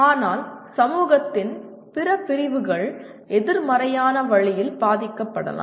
ஆனால் சமூகத்தின் பிற பிரிவுகள் எதிர்மறையான வழியில் பாதிக்கப்படலாம்